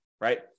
right